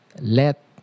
let